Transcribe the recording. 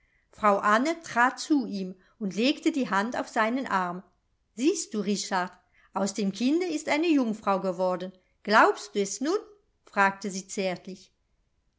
frau anne trat zu ihm und legte die hand auf seinen arm siehst du richard aus dem kinde ist eine jungfrau geworden glaubst du es nun fragte sie zärtlich